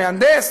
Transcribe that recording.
למהנדס,